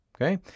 okay